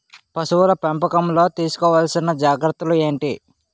పశువుల పెంపకంలో తీసుకోవల్సిన జాగ్రత్త లు ఏంటి?